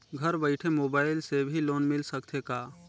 घर बइठे मोबाईल से भी लोन मिल सकथे का?